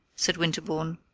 said winterbourne.